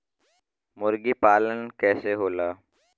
मुर्गी पालन कैसे होला?